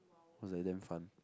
was like damn fun